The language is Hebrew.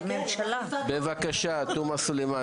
סלימאן, בבקשה.